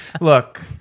Look